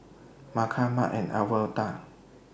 Marsha Mart and Alverda